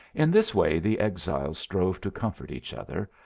in this way the exiles strove to comfort each other,